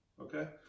Okay